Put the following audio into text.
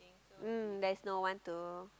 mm there's no one to